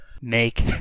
Make